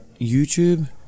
YouTube